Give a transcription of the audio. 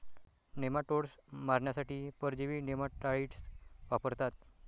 nematodes मारण्यासाठी परजीवी nematicides वापरतात